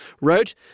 wrote